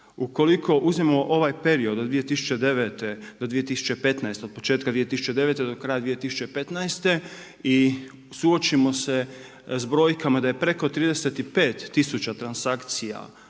U koliko uzmemo ovaj period od 2009. do 2015., od početka 2009. do kraja 2015., i suočimo se s brojkama da je preko 35 tisuća transakcija